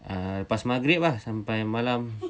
uh lepas maghrib ah sampai malam